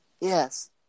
yes